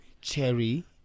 Cherry